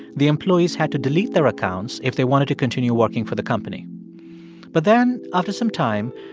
the employees had to delete their accounts if they wanted to continue working for the company but then after some time,